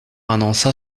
annonça